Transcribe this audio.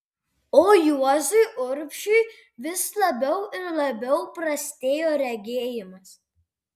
o juozui urbšiui vis labiau ir labiau prastėjo regėjimas